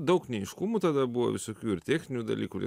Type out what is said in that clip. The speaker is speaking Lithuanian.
daug neaiškumų tada buvo visokių ir techninių dalykų ir